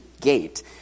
gate